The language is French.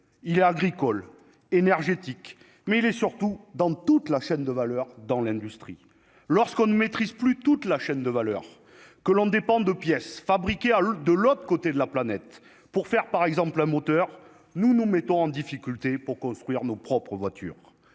il agricoles, énergétiques, mais il est surtout dans toute la chaîne de valeur dans l'industrie, lorsqu'on ne maîtrise plus toute la chaîne de valeur que l'on ne dépendent de pièces fabriquées à l'de l'autre côté de la planète pour faire par exemple moteur nous nous mettons en difficulté pour construire nos propres voitures